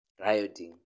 rioting